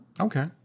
Okay